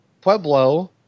Pueblo